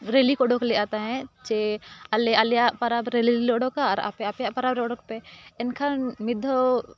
ᱨᱮᱞᱤ ᱠᱚ ᱩᱰᱩᱠ ᱞᱮᱫᱼᱟ ᱛᱟᱦᱮᱸᱫ ᱡᱮ ᱟᱞᱮ ᱟᱞᱮᱭᱟᱜ ᱯᱚᱨᱚᱵᱽ ᱨᱮᱞᱤ ᱩᱰᱩᱠᱟ ᱟᱨ ᱟᱯᱮ ᱟᱯᱮᱭᱟᱜ ᱯᱚᱨᱚᱵᱽ ᱨᱮ ᱩᱰᱩᱠ ᱯᱮ ᱮᱱᱠᱷᱟᱱ ᱢᱤᱫ ᱫᱷᱟᱣ